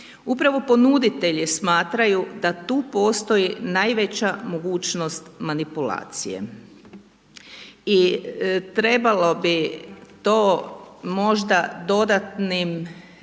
upravo ponuditelji smatraju da tu postoji najveća mogućnost manipulacije. I trebalo bi to možda dodatnim